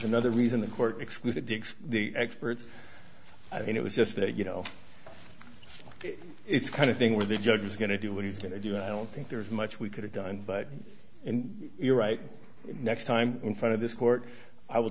another reason the court excluded digs the experts i think it was just that you know it's kind of thing where the judge is going to do what he's going to do and i don't think there's much we could have done but you're right next time in front of this court i w